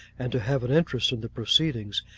and to have an interest in the proceedings,